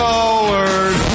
Forward